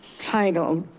title,